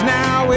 now